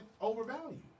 overvalued